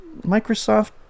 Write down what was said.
microsoft